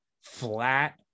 flat